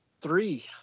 Three